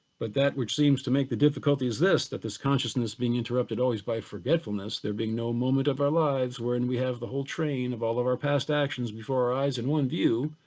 but that which seems to make the difficulty is this that this consciousness being interrupted always by forgetfulness, there'd be no moment of our lives wherein we have the whole train of all of our past actions before our eyes in one view.